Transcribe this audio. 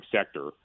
sector